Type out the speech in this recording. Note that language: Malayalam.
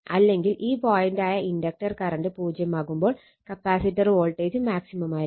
അല്ലെങ്കിൽ ഈ പോയന്റായ ഇൻഡക്റ്റർ കറണ്ട് പൂജ്യം ആവുമ്പോൾ കപ്പാസിറ്റർ വോൾട്ടേജ് മാക്സിമം ആയിരിക്കും